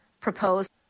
proposed